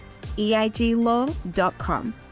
eiglaw.com